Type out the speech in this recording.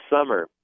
summer